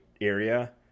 area